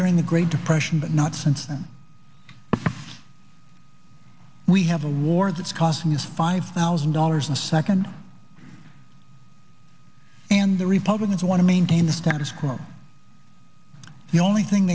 during the great depression but not since then we have a war that's causing us five thousand dollars a second and the republicans want to maintain the status quo the only thing